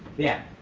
yeah.